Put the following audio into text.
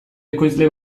ekoizle